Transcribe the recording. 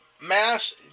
mass